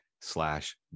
slash